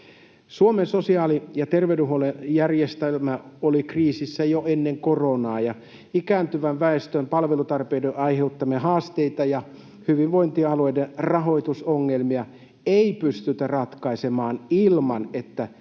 Suomen sosiaali‑ ja terveydenhuollon järjestelmä oli kriisissä jo ennen koronaa. Ikääntyvän väestön palvelutarpeiden aiheuttamia haasteita ja hyvinvointialueiden rahoitusongelmia ei pystytä ratkaisemaan ilman, että